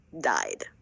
died